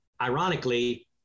ironically